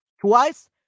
twice